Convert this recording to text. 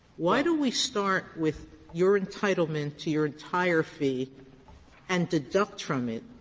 why do we start with your entitlement to your entire fee and deduct from it,